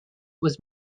was